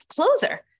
closer